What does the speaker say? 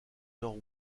nord